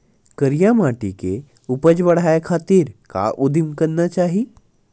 करिया माटी के उपज बढ़ाये खातिर का उदिम करना चाही?